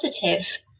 positive